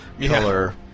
color